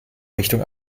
richtung